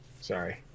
Sorry